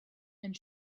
and